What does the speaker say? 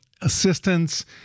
assistance